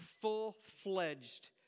full-fledged